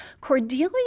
cordelia